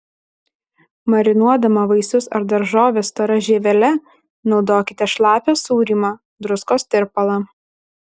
marinuodama vaisius ar daržoves stora žievele naudokite šlapią sūrymą druskos tirpalą